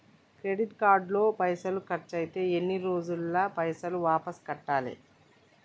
Credit card లో పైసల్ ఖర్చయితే ఎన్ని రోజులల్ల పైసల్ వాపస్ కట్టాలే?